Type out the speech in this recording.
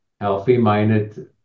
healthy-minded